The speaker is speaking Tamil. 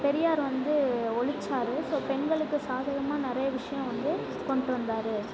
பெரியார் வந்து ஒழித்தாரு ஸோ பெண்களுக்கு சாதகமாக நிறைய விஷயம் வந்து கொண்டுட்டு வந்தார்